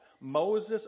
Moses